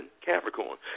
Capricorn